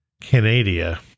Canada